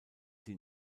sie